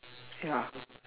ya